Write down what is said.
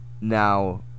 Now